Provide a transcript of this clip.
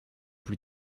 plus